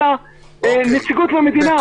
אלא נציגות מהמדינה.